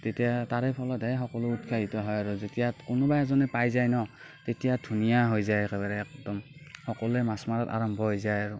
তেতিয়া তাৰে ফলতহে সকলো উৎসাহিত হয় আৰু যেতিয়া কোনোবা এজনে পাই যায় ন তেতিয়া ধুনীয়া হৈ যায় একেবাৰে একদম সকলোৱে মাছ মৰা আৰম্ভ হৈ যায় আৰু